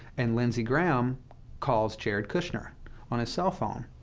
and lindsey graham calls jared kushner on his cell phone,